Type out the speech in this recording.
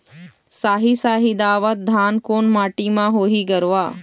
साही शाही दावत धान कोन माटी म होही गरवा?